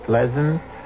Pleasant